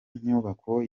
nyubako